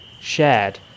shared